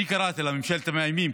אני קראתי לה ממשלת המאיימים,